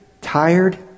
tired